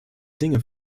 dinge